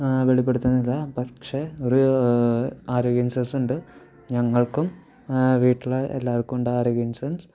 വെളിപ്പെടുത്തുന്നില്ല പക്ഷേ ഒരു ആരോഗ്യ ഇൻഷുറൻസുണ്ട് ഞങ്ങൾക്കും വീട്ടിലെ എല്ലാവർക്കുമുണ്ട് ആരോഗ്യ ഇൻഷുറൻസ്